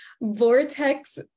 vortex